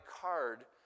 card